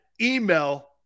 email